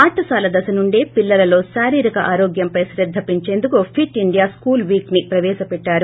పాఠశాల దశ నుండే పిల్లలలో శారీరక ఆరోగ్యంపై శ్రద్ధ పెంచేందుకు ఫీట్ ఇండియా స్కూల్ వీక్ కి ప్రవేశపెట్టారు